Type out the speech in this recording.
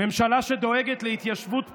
ממשלה שדואגת להתיישבות פראית,